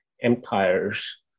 empires